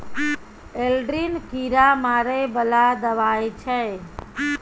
Aldrin कीरा मारै बला दवाई छै